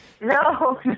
No